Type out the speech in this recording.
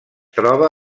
troba